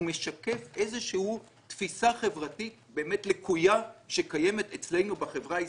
הוא משקף תפיסה חברתית לקויה שקיימת אצלנו בחברה.